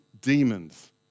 demons